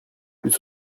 plus